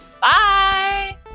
Bye